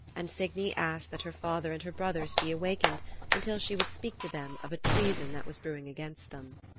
and signy asked that her father and her brothers be awakened until she would speak to them of a treason that was brewed against them.